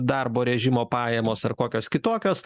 darbo režimo pajamos ar kokios kitokios